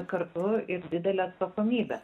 kartu ir didelė atsakomybė